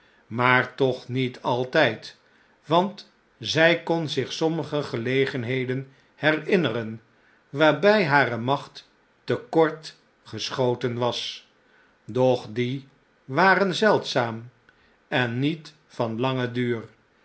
maar toch niet altn'd want zn kon zich sommige gelegenheden herinneren waarbjj hare macht te kort geschoten was doch die waren zeldzaam en niet van langen duur